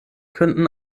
könnten